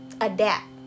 adapt